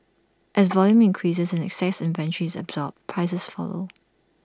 as volume increases and excess inventory is absorbed prices follow